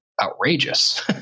outrageous